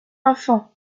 enfant